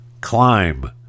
climb